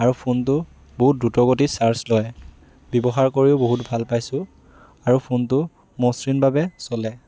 আৰু ফোনটো বহুত দ্ৰুতগতিত চাৰ্জ লয় ব্যৱহাৰ কৰিও বহুত ভাল পাইছোঁ আৰু ফোনটো মসৃণভাৱে চলে